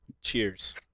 Cheers